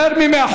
יותר מ-100,